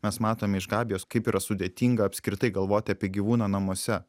mes matome iš gabijos kaip yra sudėtinga apskritai galvoti apie gyvūną namuose